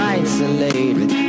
isolated